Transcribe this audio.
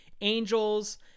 angels